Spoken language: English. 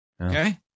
Okay